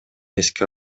эске